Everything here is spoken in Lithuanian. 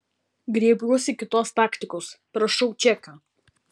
griebiuosi kitos taktikos prašau čekio